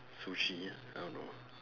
sushi I don't know